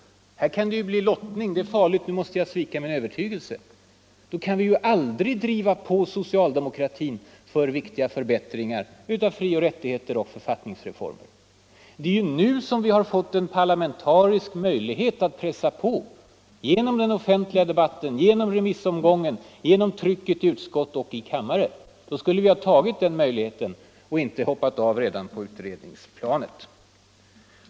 Här kan det ju bli lottning, och det är farligt, så nu måste jag svika min övertygelse”, kan vi aldrig driva på socialdemokratin för att införa viktiga förbättringar av frioch rättigheter och författningsreformer. Det är ju nu som det finns en parlamentarisk möjlighet att pressa på genom den offentliga debatten, genom remissomgången, genom trycket i utskott och kam mare. Därför skulle ni ha tagit till vara den möjligheten och inte hoppat av redan på utredningsstadiet.